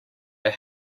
are